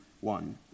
one